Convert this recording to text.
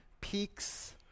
Peaks